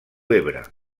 ebre